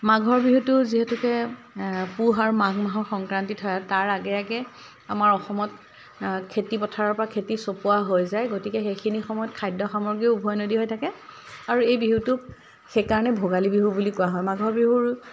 মাঘৰ বিহুটো যিহেতুকে পুহ আৰু মাঘ মাহৰ সংক্ৰান্তিত হয় তাৰ আগে আগে আমাৰ অসমত খেতিপথাৰৰ পৰা খেতি চপোৱা হৈ যায় গতিকে সেইখিনি সময়ত খাদ্য সামগ্ৰী উভৈনদী হৈ থাকে আৰু এই বিহুটোক সেইকাৰণে ভোগালী বিহু বুলি কোৱা হয় মাঘৰ বিহুৰ